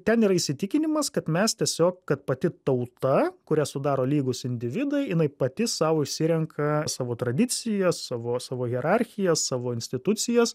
ten yra įsitikinimas kad mes tiesiog kad pati tauta kurią sudaro lygūs individai jinai pati sau išsirenka savo tradicijas savo savo hierarchiją savo institucijas